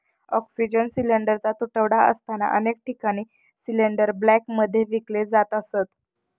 oxygen सिलिंडरचा तुटवडा असताना अनेक ठिकाणी सिलिंडर ब्लॅकमध्ये विकले जात असत